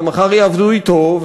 ומחר יעבדו אתו,